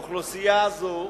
אוכלוסייה זו,